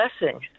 blessing